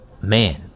man